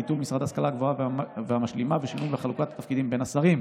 ביטול משרד ההשכלה הגבוהה והמשלימה ושינוי בחלוקת התפקידים ביו השרים.